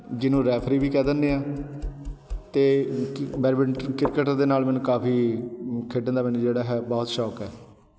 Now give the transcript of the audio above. ਜਿਹਨੂੰ ਰੈਫਰੀ ਵੀ ਕਹਿ ਦਿੰਦੇ ਹਾਂ ਅਤੇ ਕਿ ਬੈਡਮਿੰਟ ਕ੍ਰਿਕਟ ਦੇ ਨਾਲ ਮੈਨੂੰ ਕਾਫੀ ਖੇਡਣ ਦਾ ਮੈਨੂੰ ਜਿਹੜਾ ਹੈ ਬਹੁਤ ਸ਼ੌਕ ਹੈ